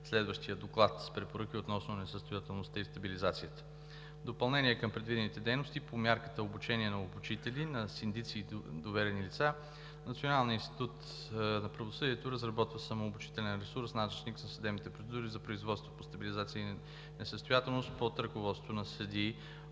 следващия Доклад с препоръки относно несъстоятелността и стабилизацията. В допълнение към предвидените дейности по мярката „Обучения на обучители, на синдици и доверени лица“ Националният институт на правосъдието разработва самообучителен ресурс – „Наръчник на съдебните процедури за производствата по стабилизация и несъстоятелност“ под ръководството на съдии